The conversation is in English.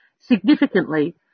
Significantly